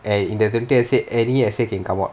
and in the limited essay any essay can come out